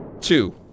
Two